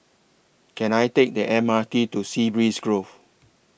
Can I Take The M R T to Sea Breeze Grove